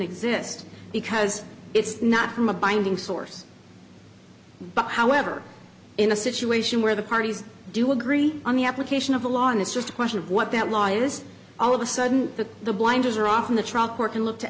exist because it's not from a binding source but however in a situation where the parties do agree on the application of the law and it's just a question of what that law is all of a sudden that the blinders are off in the truck or can look to